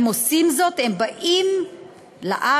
הם עושים זאת: הם באים לארץ,